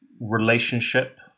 relationship